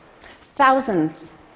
Thousands